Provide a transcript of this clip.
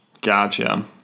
Gotcha